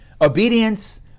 obedience